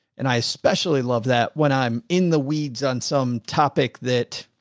and i especially love that when i'm in the weeds on some topic that.